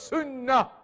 Sunnah